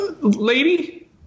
Lady